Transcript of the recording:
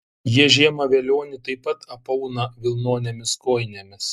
jie žiemą velionį taip pat apauna vilnonėmis kojinėmis